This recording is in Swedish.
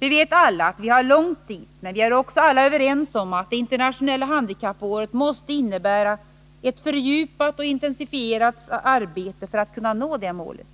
Vi vet alla att vi har långt dit, men vi är också alla överens om att det internationella handikapppåret måste innebära ett fördjupat och intensifierat arbete för att kunna nå målet.